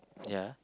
ya